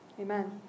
Amen